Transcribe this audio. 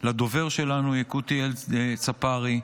ולדובר שלנו יקותיאל צפרי,